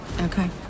Okay